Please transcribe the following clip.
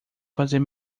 fazer